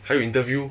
还有 interview